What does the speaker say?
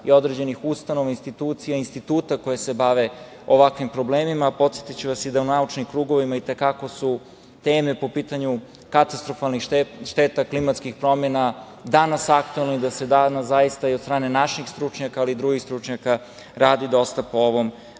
i određenih ustanova, institucija, instituta koji se bave ovakvim problemima. Podsetiću vas i da u naučnim krugovima itekako su teme po pitanju katastrofalnih šteta klimatskih promena danas aktuelne i da se danas zaista i od strane naših stručnjaka, ali i drugih stručnjaka radi dosta po ovom